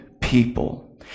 people